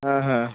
ಹಾಂ ಹಾಂ